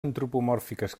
antropomòrfiques